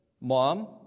Mom